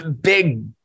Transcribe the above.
big